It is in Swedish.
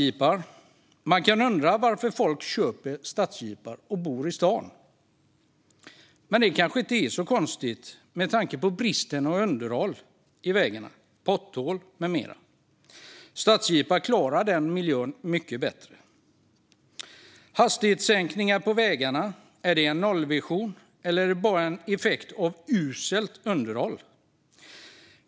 Man kan undra varför folk köper stadsjeepar när de bor i stan. Men det kanske inte är så konstigt med tanke på bristen på underhåll av vägarna, potthål med mera. Stadsjeepar klarar den miljön mycket bättre. Och handlar hastighetssänkningar på vägarna om en nollvision, eller är det bara en effekt av uselt underhåll?